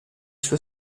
sue